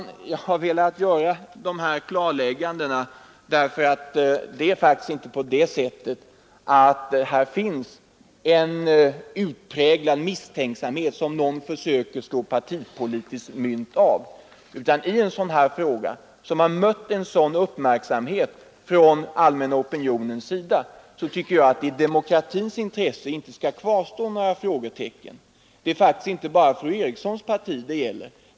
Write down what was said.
Jag har velat göra dessa klarlägganden därför att det faktiskt inte är på det sättet att det finns en utpräglad misstänksamhet som någon försöker slå partipolitiskt mynt av. I en fråga som väckt sådan uppmärksamhet från allmänna opinionens sida tycker jag att det i demokratins intresse inte skall kvarstå några frågetecken. Det är faktiskt inte bara fru Erikssons parti det gäller.